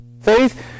faith